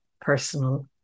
personal